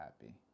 happy